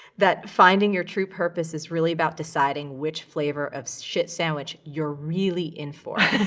that finding your true purpose is really about deciding which flavor of shit sandwich you're really in for.